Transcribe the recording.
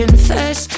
Confess